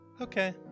Okay